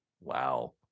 Wow